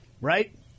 right